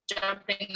jumping